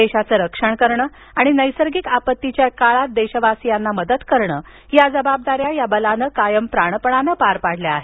देशाचं रक्षण करणं आणि नैसर्गिक आपत्तीच्या काळात देशवासियांना मदत करणं या जबाबदाऱ्या या बलानं कायम प्राणपणानं पार पाडल्या आहेत